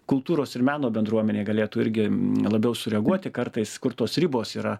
kultūros ir meno bendruomenė galėtų irgi labiau sureaguoti kartais kur tos ribos yra